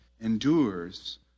endures